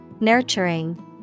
Nurturing